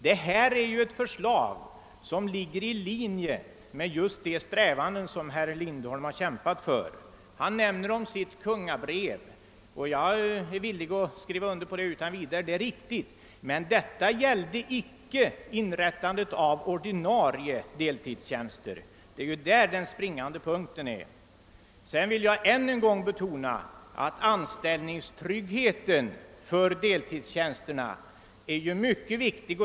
Det föreliggande förslaget är ju i linje med just de strävanden som herr Lindholm kämpat för. Han nämner om sitt kungabrev. Jag är utan vidare villig att skriva under att detta var riktigt, men det gällde icke inrättandet av ordinarie deltidstjänster. Det är där den springande punkten ligger. Sedan vill jag ännu en gång betona att anställningstryggheten för deltidstjänsterna är mycket viktig.